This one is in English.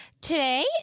Today